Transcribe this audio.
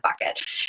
bucket